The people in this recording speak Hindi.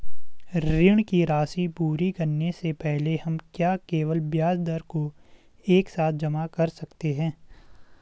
ऋण की राशि पूरी करने से पहले हम क्या केवल ब्याज दर को एक साथ जमा कर सकते हैं?